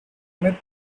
myth